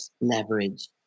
leverage